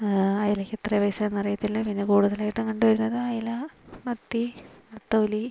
അയലക്കെത്രയാണ് പൈസയെന്ന് അറിയത്തില്ല പിന്നെ കൂടുതലായിട്ടും കണ്ടു വരുന്നത് അയല മത്തി നത്തോലി